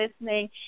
listening